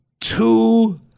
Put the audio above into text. two